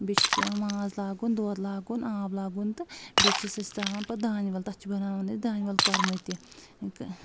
بیٚیہِ چھُس پؠوَان ماز لاگُن دۄد لاگُن آب لاگُن تہٕ بیٚیہِ چھِس أسۍ تراوان پَتہٕ دانہِ وَل تَتھ چھِ بَناون أسۍ دانہِ وَل کۄرمہٕ تہِ